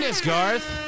Garth